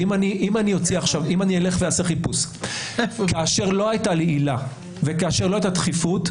אם אני אלך ואעשה חיפוש כאשר לא הייתה לי עילה וכאשר לא הייתה הדחיפות,